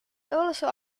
also